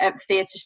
theatre